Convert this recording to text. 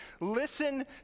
Listen